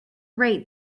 rate